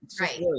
Right